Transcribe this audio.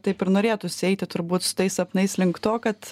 taip ir norėtųsi eiti turbūt su tais sapnais link to kad